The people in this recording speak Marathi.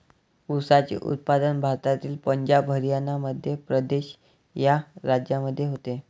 ऊसाचे उत्पादन भारतातील पंजाब हरियाणा मध्य प्रदेश या राज्यांमध्ये होते